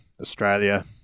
Australia